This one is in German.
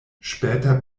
später